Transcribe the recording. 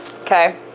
Okay